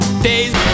days